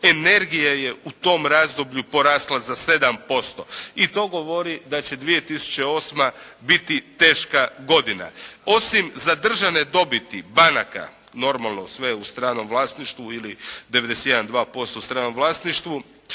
Energija je u tom razdoblju porasla za 7%. I to govori da će 2008. biti teška godina. Osim za državne dobiti banaka, normalno, sve u stranom vlasništvu ili devedeset jedan,